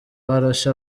barashe